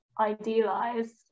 idealized